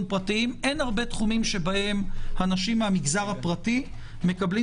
פרטיים אין הרבה תחומים שבהם אנשים מהמגזר הפרטי מקבלים